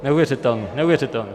Neuvěřitelný, neuvěřitelný.